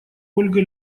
ольга